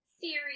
series